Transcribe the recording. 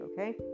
okay